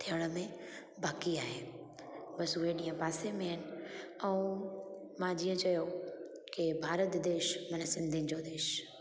थियण में बाक़ी आहे बसि उहे ॾींहं पासे में आहिनि ऐं मां जीअं चयो की भारत देश माना सिंधियुनि जो देश